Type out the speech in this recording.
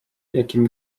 jakim